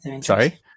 Sorry